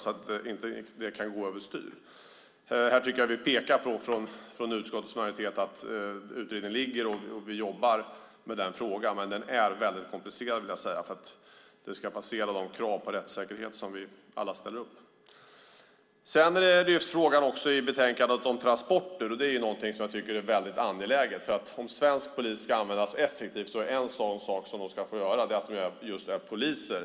Det får inte gå över styr. Utskottets majoritet pekar här på att utredningen föreligger och att vi jobbar med frågan. Men jag vill säga att den är komplicerad. Det hela måste uppfylla de krav på rättssäkerhet som vi alla ställer. I betänkandet lyfts frågan om transporter fram. Det är något som jag tycker är angeläget. Om svensk polis ska användas effektivt är en sak som de ska få göra att just vara poliser.